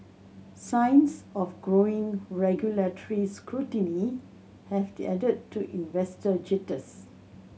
signs of growing regulatory scrutiny have added to investor jitters